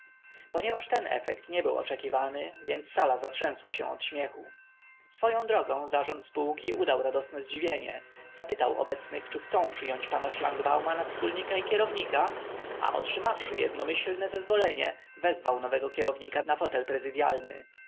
ponieważ ten efekt nie był oczekiwany więc sala zatrzęsła się od śmiechu swoją drogą zarząd spółki udał radosne zdziwienie zapytał obecnych czy chcą przyjąć pana szlangbauma na wspólnika i kierownika a otrzymawszy jednomyślne zezwolenie wezwał nowego kierownika na fotel